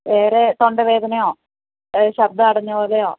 വേറെ തൊണ്ടവേദനയോ ശബ്ദം അടഞ്ഞ പോലെയോ